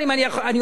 אני אומר,